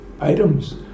items